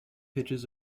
pitches